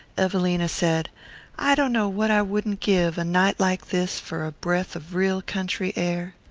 evelina said i dunno what i wouldn't give, a night like this, for a breath of real country air.